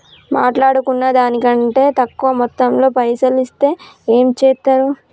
మాట్లాడుకున్న దాని కంటే తక్కువ మొత్తంలో పైసలు ఇస్తే ఏం చేత్తరు?